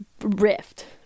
rift